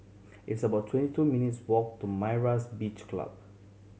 it's about twenty two minutes' walk to Myra's Beach Club